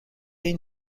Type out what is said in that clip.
این